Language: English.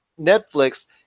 Netflix